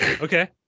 okay